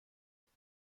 قمار